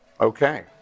Okay